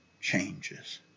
changes